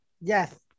Yes